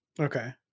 Okay